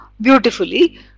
beautifully